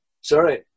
sorry